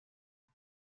det